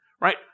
right